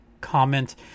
comment